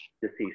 deceased